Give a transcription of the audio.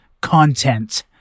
content